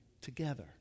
together